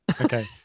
Okay